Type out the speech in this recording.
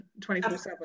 24/7